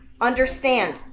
understand